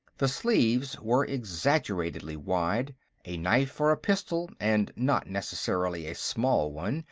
the sleeves were exaggeratedly wide a knife or a pistol, and not necessarily a small one,